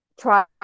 try